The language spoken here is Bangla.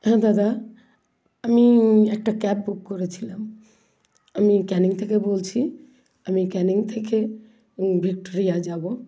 হ্যাঁ দাদা আমি একটা ক্যাব বুক করেছিলাম আমি ক্যানিং থেকে বলছি আমি ক্যানিং থেকে ভিক্টোরিয়া যাবো